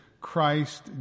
Christ